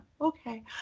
okay